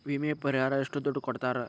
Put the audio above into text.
ವಿಮೆ ಪರಿಹಾರ ಎಷ್ಟ ದುಡ್ಡ ಕೊಡ್ತಾರ?